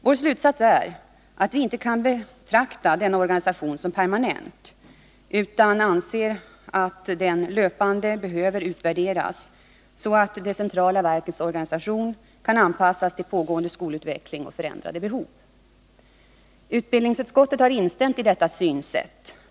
Vår slutsats är att vi inte kan betrakta denna organisation som permanent utan anser att den löpande behöver utvärderas så att det centrala verkets organisation kan anpassas till pågående skolutveckling och förändrande behov. Utbildningsutskottet har instämt i detta synsätt.